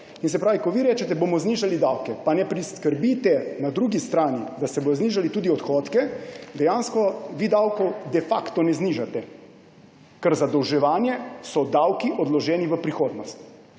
Se pravi, ko vi rečete, bomo znižali davke, pa ne priskrbite na drugi strani, da se bodo znižali tudi odhodki, dejansko vi davkov de facto ne znižate, ker zadolževanje so davki odloženi v prihodnost.